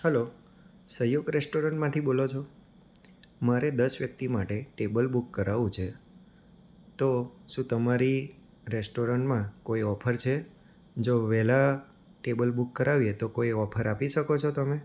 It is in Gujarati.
હાલો સહયોગ રેસ્ટોરન્ટમાંથી બોલો છો મારે દસ વ્યક્તિ માટે ટેબલ બુક કરાવવું છે તો શું તમારી રેસ્ટોરન્ટમાં કોઈ ઓફર છે જો વહેલા ટેબલ બુક કરાવીએ તો કોઈ ઓફર આપી શકો છો તમે